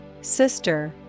sister